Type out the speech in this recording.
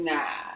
Nah